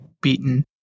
beaten